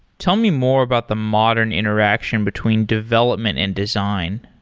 tell me more about the modern interaction between development and design.